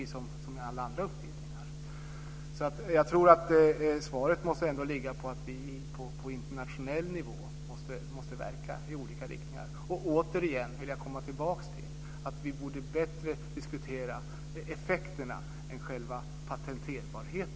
Svaret blir att vi måste verka på internationell nivå. Jag vill komma tillbaka till att vi hellre borde diskutera effekterna än patenterbarhet.